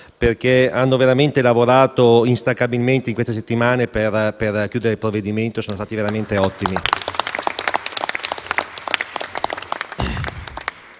perché hanno veramente lavorato instancabilmente in queste settimane per concludere l'esame del provvedimento; sono stati veramente ottimi.